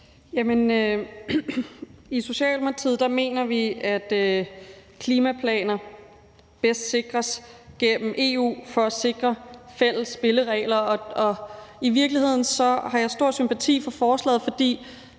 i Socialdemokratiet mener vi, at klimaplaner bedst sikres gennem EU for at sikre fælles spilleregler. Og i virkeligheden har jeg stor sympati for forslaget, for